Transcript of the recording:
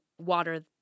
water